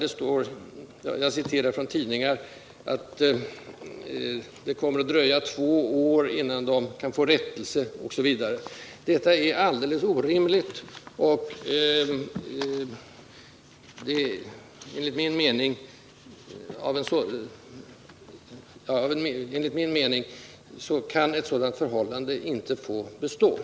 Det har sålunda uppgivits att det kommer att dröja två år innan man kan få rättelse, osv. Detta är alldeles orimligt, och enligt min mening kan ett sådant förhållande inte få råda.